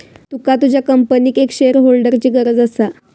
तुका तुझ्या कंपनीक एक शेअरहोल्डरची गरज असा